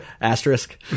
Asterisk